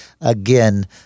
again